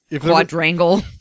quadrangle